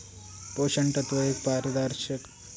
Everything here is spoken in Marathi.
पोषण तत्व एक पारदर्शक पदार्थ असा तो जेली बनवूक वापरतत